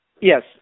Yes